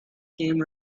came